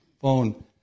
phone